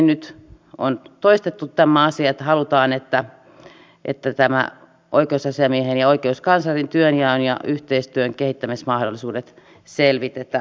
nyt on toistettu tämä asia että halutaan että nämä oikeusasiamiehen ja oikeuskanslerin työnjaon ja yhteistyön kehittämismahdollisuudet selvitetään